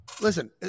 Listen